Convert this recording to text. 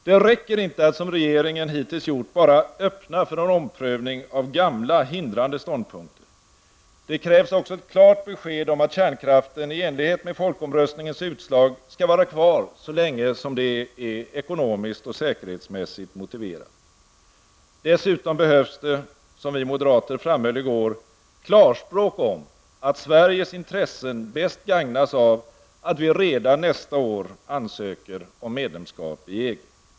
Det räcker inte att som regeringen hittills gjort bara öppna för en omprövning av gamla hindrande ståndpunkter. Det krävs också ett klart besked om att kärnkraften i enlighet med folkomröstningens utslag skall vara kvar så länge det är ekonomiskt och säkerhetsmässigt motiverat. Dessutom behövs det -- som vi moderater framhöll i går -- klarspråk om att Sveriges intressen bäst gagnas av att vi redan nästa år ansöker om medlemskap i EG.